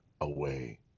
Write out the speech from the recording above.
away